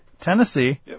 Tennessee